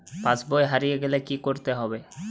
পাশবই হারিয়ে গেলে কি করতে হবে?